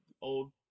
old